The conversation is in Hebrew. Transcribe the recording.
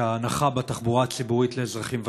ההנחה בתחבורה הציבורית לאזרחים ותיקים.